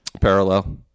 parallel